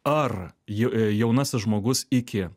ar jau jaunasis žmogus iki